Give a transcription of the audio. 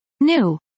New